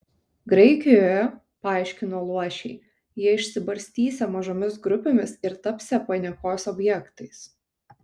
graikijoje paaiškino luošiai jie išsibarstysią mažomis grupėmis ir tapsią paniekos objektais